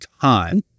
time